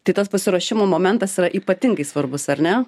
tai tas pasiruošimo momentas yra ypatingai svarbus ar ne